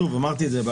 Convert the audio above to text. ואמרתי את זה,